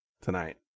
tonight